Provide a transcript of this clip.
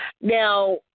now –